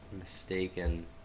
mistaken